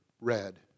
red